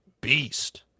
beast